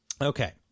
Okay